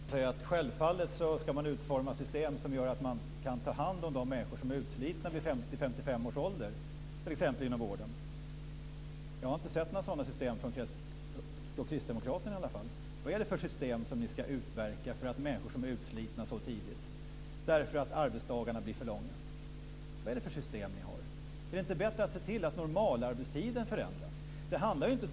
Herr talman! Stefan säger att självfallet ska system utformas som gör att man kan ta hand om de människor som är utslitna vid 50-55 års ålder, t.ex. inom vården. Jag har inte sett några sådana system, i alla fall inte från kristdemokraterna. Vad är det för system som ni ska utverka för människor som är utslitna så tidigt därför att arbetsdagarna blir för långa? Vad är det för system ni har? Är det inte bättre att se till att normalarbetstiden förändras?